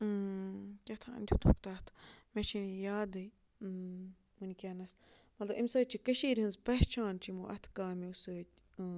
کیٛاہ تام دِتُکھ تَتھ مےٚ چھِنہٕ یہِ یادٕے وٕنۍکٮ۪نَس مطلب امہِ سۭتۍ چھِ کٔشیٖرِ ہٕنٛز پہچان چھِ یِمو اَتھٕ کامیو سۭتۍ